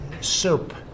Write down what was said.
soup